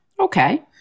Okay